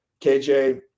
KJ